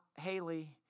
Haley